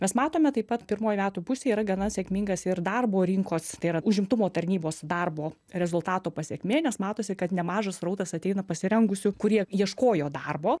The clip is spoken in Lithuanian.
mes matome taip pat pirmoj metų pusėj yra gana sėkmingas ir darbo rinkos tai yra užimtumo tarnybos darbo rezultatų pasekmė nes matosi kad nemažas srautas ateina pasirengusių kurie ieškojo darbo